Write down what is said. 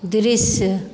दृशी